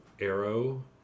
Arrow